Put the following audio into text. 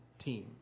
team